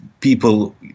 people